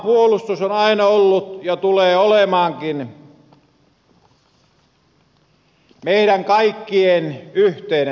maanpuolustus on aina ollut ja tulee olemaankin meidän kaikkien yhteinen asia